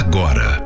Agora